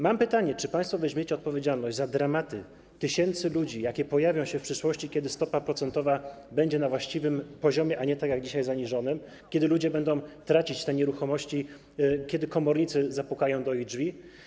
Mam pytanie: Czy państwo weźmiecie odpowiedzialność za dramaty tysięcy ludzi, jakie pojawią się w przyszłości, kiedy stopa procentowa będzie na właściwym poziomie, a nie tak jak dzisiaj, zaniżonym, kiedy ludzie będą tracić te nieruchomości, kiedy komornicy zapukają do ich drzwi?